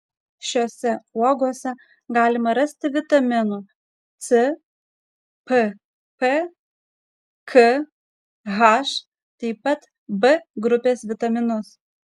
šiose uogose galima rasti vitaminų c pp k h taip pat b grupės vitaminus